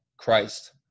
Christ